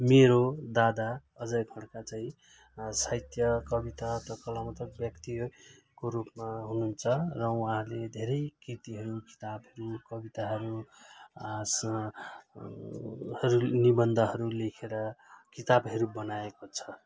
मेरो दादा अझै पुर्खा चाहिँ साहित्य कविता व्यक्तिको रूपमा हुनुहुन्छ र उहाँहरूले धेरै कृतिहरू कविताहरू सहरू निबन्धहरू लेखेर किताबहरू बनाएको छ